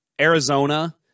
Arizona